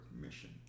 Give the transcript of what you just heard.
mission